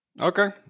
Okay